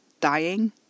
dying